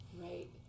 Right